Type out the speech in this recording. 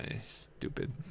Stupid